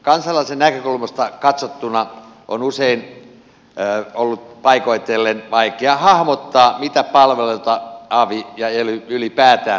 kansalaisen näkökulmasta katsottuna on usein ollut paikoitellen vaikeaa hahmottaa mitä palveluita avi ja ely ylipäätään tarjoavat